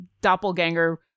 doppelganger